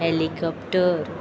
helicopter